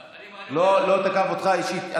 אז אני, הוא לא תקף אותך אישית.